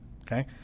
okay